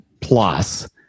plus